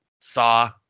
Saw